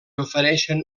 ofereixen